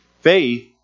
faith